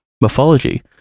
Mythology